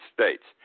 States